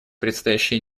предстоящие